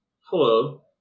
Hello